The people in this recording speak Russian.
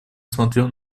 смотрел